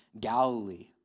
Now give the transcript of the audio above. Galilee